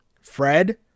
Fred